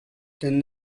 denn